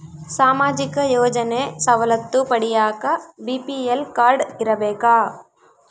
ಸಾಮಾಜಿಕ ಯೋಜನೆ ಸವಲತ್ತು ಪಡಿಯಾಕ ಬಿ.ಪಿ.ಎಲ್ ಕಾಡ್೯ ಇರಬೇಕಾ?